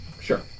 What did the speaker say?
Sure